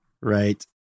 Right